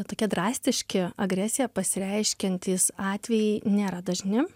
tokie drastiški agresija pasireiškiantys atvejai nėra dažni